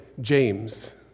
James